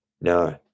No